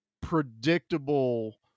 predictable